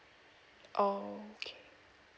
okay